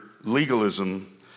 legalism